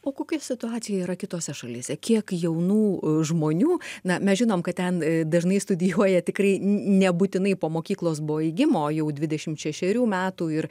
o kokia situacija yra kitose šalyse kiek jaunų žmonių na mes žinome kad ten dažnai studijuoja tikrai nebūtinai po mokyklos baigimo jau dvidešim šešerių metų ir